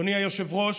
אדוני היושב-ראש,